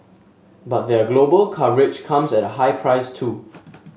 but their global coverage comes at a high price too